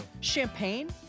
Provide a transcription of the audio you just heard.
Champagne